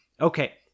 Okay